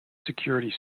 security